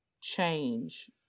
change